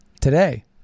today